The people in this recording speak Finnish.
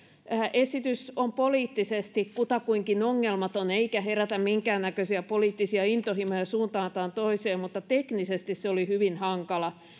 esitys on poliittisesti kutakuinkin ongelmaton eikä herätä minkäännäköisiä poliittisia intohimoja suuntaan tai toiseen mutta teknisesti se oli hyvin hankala